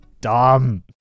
dumb